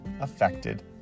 affected